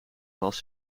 glas